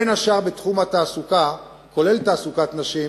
בין השאר בתחום התעסוקה, כולל תעסוקת נשים.